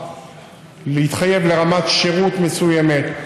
להתחייב לרמת שירות מסוימת,